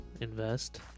Invest